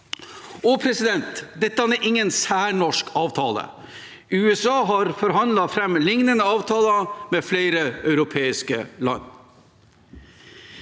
troverdig. Og dette er ingen særnorsk avtale. USA har forhandlet fram liknende avtaler med flere europeiske land.